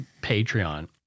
Patreon